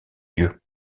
yeux